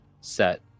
set